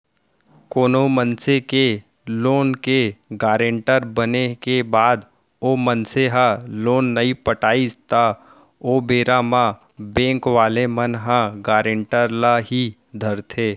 कोनो मनसे के लोन के गारेंटर बने के बाद ओ मनसे ह लोन नइ पटाइस त ओ बेरा म बेंक वाले मन ह गारेंटर ल ही धरथे